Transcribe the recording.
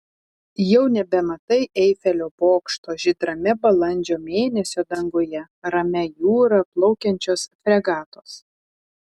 jau nebematai eifelio bokšto žydrame balandžio mėnesio danguje ramia jūra plaukiančios fregatos